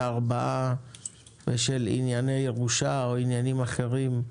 ולגבי ארבעה בשל ענייני ירושה ועניינים אחרים יש